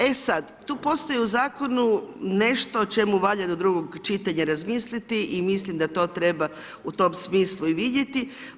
E sad, tu postoji u zakonu, nešto o čemu valja do drugog čitanja razmisliti i mislim da to treba u tom smislu i vidjeti.